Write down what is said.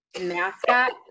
mascot